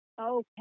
okay